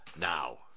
now